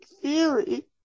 theory